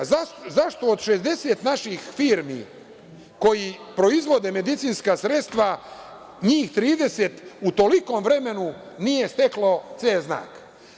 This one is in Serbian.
Zašto od 60 naših firmi koje proizvode medicinska sredstva, njih 30 u tolikom vremenu nije steklo C znak?